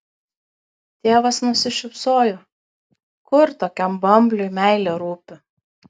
tėvas nusišypsojo kur tokiam bambliui meilė rūpi